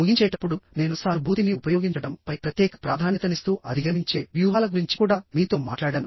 ముగించేటప్పుడు నేను సానుభూతిని ఉపయోగించడం పై ప్రత్యేక ప్రాధాన్యతనిస్తూ అధిగమించే వ్యూహాల గురించి కూడా మీతో మాట్లాడాను